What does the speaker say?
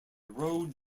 road